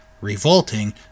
revolting